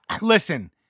Listen